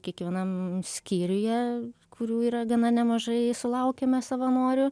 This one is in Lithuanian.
kiekvienam skyriuje kurių yra gana nemažai sulaukiame savanorių